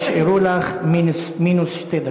נשארו לך מינוס שתי דקות.